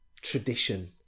tradition